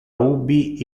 ubi